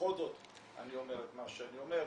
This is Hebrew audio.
ובכל זאת אני אומר את מה שאני אומר,